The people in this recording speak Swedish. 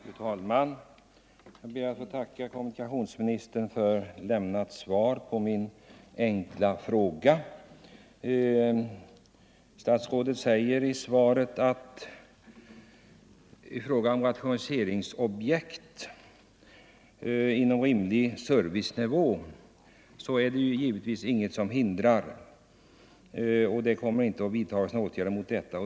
Fru talman! Jag ber att få tacka kommunikationsministern för lämnat svar på min enkla fråga. Statsrådet säger i svaret att det givetvis inte är någonting som hindrar rationaliseringsarbete inom en rimlig servicenivå och att några åtgärder inte kommer att vidtagas för att hindra detta.